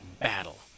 battle